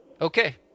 Okay